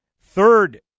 third